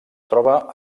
troba